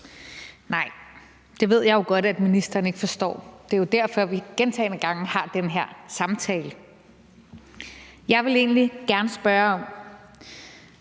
Nej, det ved jeg jo godt at ministeren ikke forstår. Det er jo derfor, vi gentagne gange har den her samtale. I det lovforslag,